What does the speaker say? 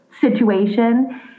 situation